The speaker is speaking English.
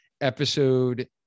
episode